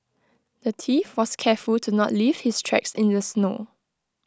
the thief was careful to not leave his tracks in the snow